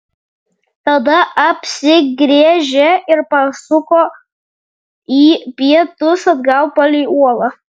tada apsigręžė ir pasuko į pietus atgal palei uolą